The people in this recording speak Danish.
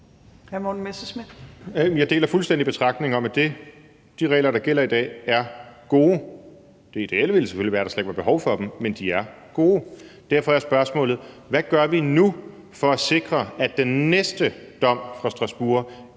Jeg deler fuldstændig betragtningen om, at de regler, der gælder i dag, er gode. Det ideelle ville selvfølgelig være, at der slet ikke var behov for dem, men de er gode. Derfor er spørgsmålet: Hvad gør vi nu for at sikre, at den næste dom fra Strasbourg